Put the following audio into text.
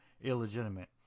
illegitimate